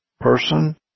person